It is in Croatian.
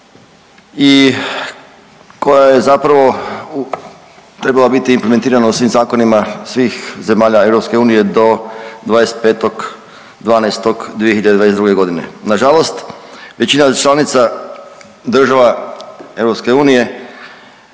i koja je zapravo trebala biti implementirana u svim zakonima svih zemalja EU do 25.12.2022.g.. Nažalost, većina članica država EU